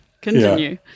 Continue